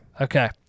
okay